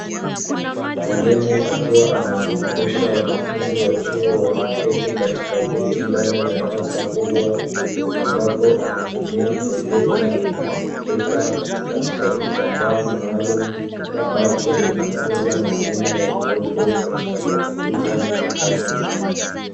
Mwalimu akiwa anawafundisha wanafunzi wa chuo walioketi katika viti ndani ya darasa kubwa, ambapo anatumia projekta kubwa inayomulika katika kitambaa maalumu ambacho kinakuza maneno yaliyopo katika kompyuta mpakato.